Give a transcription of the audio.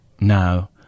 now